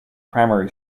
primary